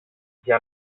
για